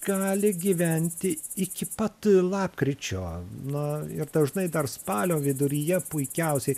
gali gyventi iki pat lapkričio na ir dažnai dar spalio viduryje puikiausiai